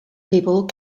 people